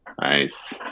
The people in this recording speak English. Nice